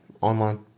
online